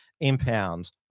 impound